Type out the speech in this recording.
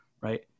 Right